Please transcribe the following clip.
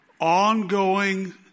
ongoing